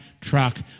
truck